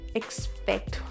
expect